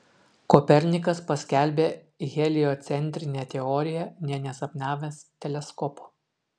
kopernikas paskelbė heliocentrinę teoriją nė nesapnavęs teleskopo